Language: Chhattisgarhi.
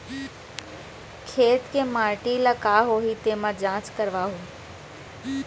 खेत के माटी ल का होही तेमा जाँच करवाहूँ?